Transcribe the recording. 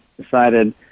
decided